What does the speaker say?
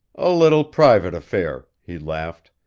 a little private affair, he laughed.